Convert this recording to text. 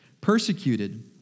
persecuted